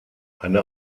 eine